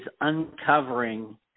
uncovering